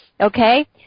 Okay